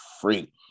free